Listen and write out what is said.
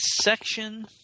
section